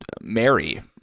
Mary